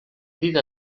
dita